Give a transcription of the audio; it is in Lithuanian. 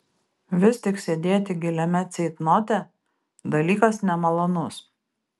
vis tik sėdėti giliame ceitnote dalykas nemalonus